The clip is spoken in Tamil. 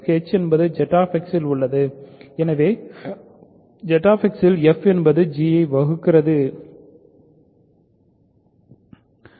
h என்பது ZX இல் உள்ளது எனவே ZX இல் f என்பது g ஐ வகுக்கிறது எல்லாமே